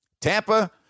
tampa